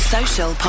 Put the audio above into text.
Social